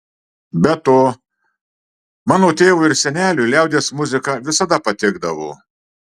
be to mano tėvui ir seneliui liaudies muzika visada patikdavo